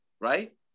Right